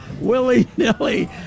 willy-nilly